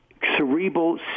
cerebral